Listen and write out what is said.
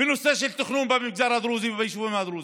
בנושא התכנון במגזר הדרוזי וביישובים הדרוזיים.